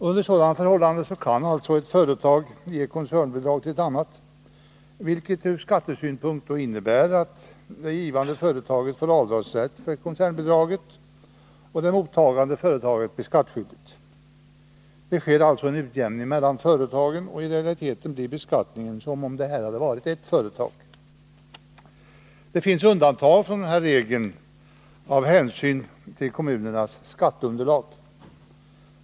Under sådana förhållanden kan alltså ett företag ge koncernbidrag till ett annat, vilket ur skattesynpunkt innebär att det givande företaget får avdragsrätt för bidraget och det mottagande företaget blir skattskyldigt. Det sker alltså en utjämning mellan företagen, och i realiteten blir beskattningen densamma som om det hade gällt ett företag. Det finns undantag från den här regeln av hänsyn till kommunernas skatteunderlag.